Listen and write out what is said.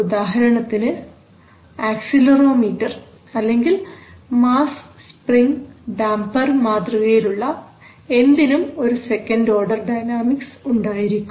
ഉദാഹരണത്തിന് ആക്സിലറോമീറ്റർ അല്ലെങ്കിൽ mass spring damper മാതൃകയിലുള്ള എന്തിനും ഒരു സെക്കൻഡ് ഓർഡർ ഡൈനാമിക്സ് ഉണ്ടായിരിക്കും